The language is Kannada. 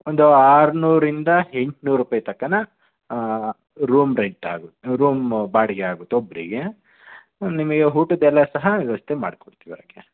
ಒಂದು ಆರ್ನೂರರಿಂದ ಎಂಟ್ನೂರು ರೂಪಾಯಿ ತನಕವೂ ರೂಮ್ ರೆಂಟಾಗು ರೂಮ್ ಬಾಡಿಗೆ ಆಗುತ್ತೆ ಒಬ್ಬರಿಗೆ ನಿಮಗೆ ಊಟದ ಎಲ್ಲ ಸಹ ವ್ಯವಸ್ಥೆ ಮಾಡಿಕೊಡ್ತೀವಿ ಹಾಗೆ